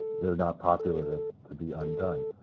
they're not popular to to be undone.